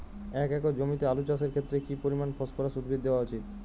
এক একর জমিতে আলু চাষের ক্ষেত্রে কি পরিমাণ ফসফরাস উদ্ভিদ দেওয়া উচিৎ?